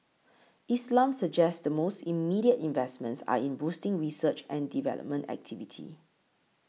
Islam suggests the most immediate investments are in boosting research and development activity